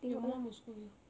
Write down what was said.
your mum will scold you